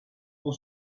pour